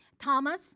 Thomas